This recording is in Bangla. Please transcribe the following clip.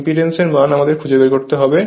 ইম্পিডেন্স এর মান আমাদের খুঁজে বের করতে হবে